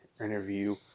interview